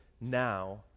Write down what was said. now